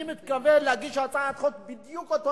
אני מתכוון להגיש בדיוק אותה